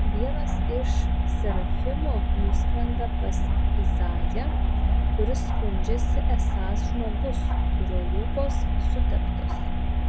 vienas iš serafimų nuskrenda pas izaiją kuris skundžiasi esąs žmogus kurio lūpos suteptos